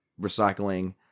recycling